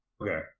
Okay